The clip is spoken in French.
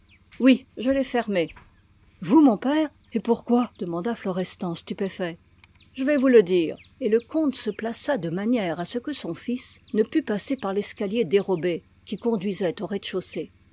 oui je l'ai fermée vous mon père et pourquoi demanda florestan stupéfait je vais vous le dire et le comte se plaça de manière à ce que son fils ne pût passer par l'escalier dérobé qui conduisait au rez-de-chaussée